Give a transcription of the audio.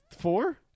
four